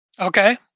Okay